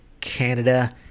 Canada